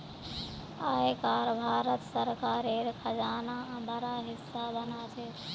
आय कर भारत सरकारेर खजानार बड़ा हिस्सा बना छे